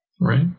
Right